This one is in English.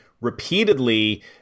repeatedly